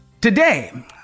Today